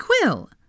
quill